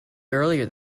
earlier